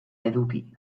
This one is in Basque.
eduki